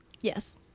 Yes